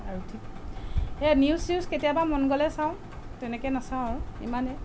আৰু ঠিক সেইয়া নিউজ চিউজ কেতিয়াবা মন গ'লে চাওঁ তেনেকৈ নাচাওঁ আৰু ইমানেই